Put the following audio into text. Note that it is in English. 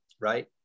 right